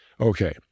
Okay